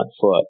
foot